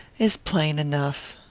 is plain enough.